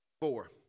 Four